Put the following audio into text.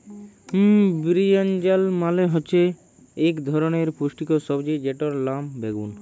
বিরিনজাল মালে হচ্যে ইক ধরলের পুষ্টিকর সবজি যেটর লাম বাগ্যুন